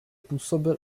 působil